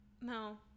No